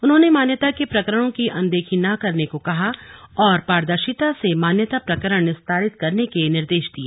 उन्होंने मान्यता के प्रकरणों की अनदेखी न करने को कहा और पारदर्शिता से मान्यता प्रकरण निस्तारित करने के निर्देश दिए